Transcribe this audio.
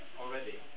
already